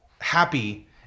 happy